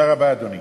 תודה רבה, אדוני.